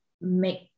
make